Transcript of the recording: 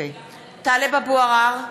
(קוראת בשמות חברי הכנסת) טלב אבו עראר,